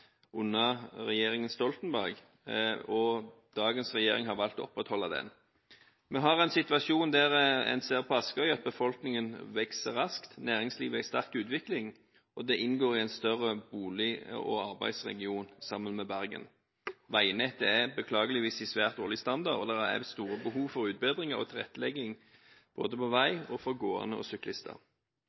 under regjeringen Stoltenberg, og dagens regjering har valgt å opprettholde den. Vi har en situasjon der en ser at befolkningen på Askøy vokser raskt, og næringslivet er i sterk utvikling. Askøy inngår – sammen med Bergen – i en større bolig- og arbeidsregion. Veinettet har beklageligvis svært dårlig standard, og det er store behov for utbedringer og tilrettelegging, både på vei og for gående og syklister.